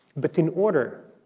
but in order